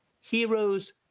heroes